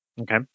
Okay